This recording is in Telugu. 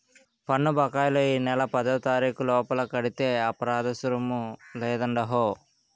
పన్ను బకాయిలు ఈ నెల పదోతారీకు లోపల కడితే అపరాదరుసుము లేదండహో